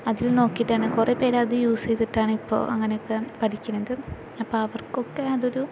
അതില് നോക്കിയിട്ടാണ് കുറേപേര് അത് യൂസ് ചെയ്തിട്ടാണ് ഇപ്പോൾ അങ്ങനെയൊക്കെ പഠിക്കണത് അപ്പോൾ അവര്ക്കൊക്കെ അതൊരു